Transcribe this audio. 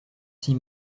six